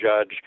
judge